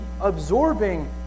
absorbing